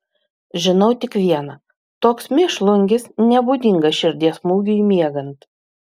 žinau tik viena toks mėšlungis nebūdingas širdies smūgiui miegant